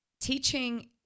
teaching